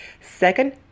Second